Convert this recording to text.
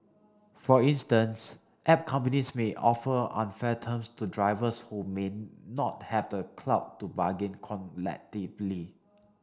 for instance app companies may offer unfair terms to drivers who may not have the clout to bargain collectively